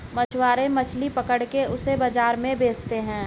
मछुआरे मछली पकड़ के उसे बाजार में बेचते है